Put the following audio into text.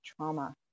trauma